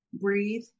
breathe